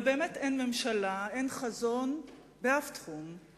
אבל באמת אין ממשלה, אין חזון באף תחום.